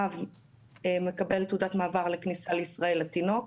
האב מקבל תעודת מעבר לכניסה לישראל לתינוק.